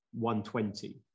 120